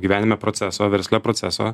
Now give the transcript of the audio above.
gyvenime proceso versle proceso